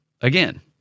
again